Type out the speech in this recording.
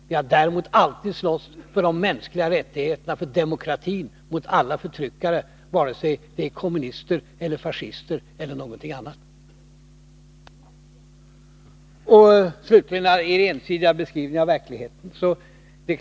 Vi har däremot alltid slagits för de mänskliga rättigheterna och för demokratin mot alla förtryckare vare sig de är kommunister, fascister eller någonting annat. Så några ord om er ensidiga beskrivning av verkligheten.